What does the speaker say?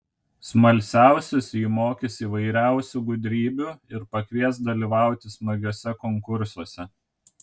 smalsiausius ji mokys įvairiausių gudrybių ir pakvies dalyvauti smagiuose konkursuose